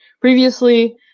previously